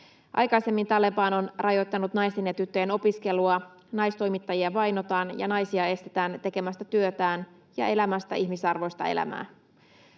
Aikaisemmin Taleban on rajoittanut naisten ja tyttöjen opiskelua, naistoimittajia vainotaan ja naisia estetään tekemästä työtään ja elämästä ihmisarvoista elämää.